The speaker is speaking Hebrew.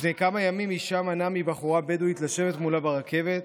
"לפני כמה ימים אישה מנעה מבחורה בדואית לשבת מולה ברכבת,